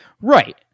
Right